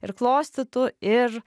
ir klostytų ir